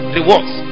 Rewards